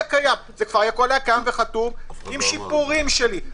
קיים זה היה קיים וחתום עם שיפורים שלי.